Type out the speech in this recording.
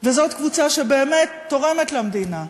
וזאת קבוצה שבאמת תורמת למדינה,